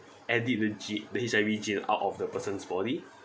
edit the g~ the H_I_V gene out of the person's body